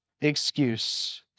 excuse